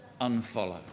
unfollow